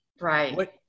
right